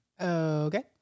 Okay